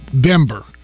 Denver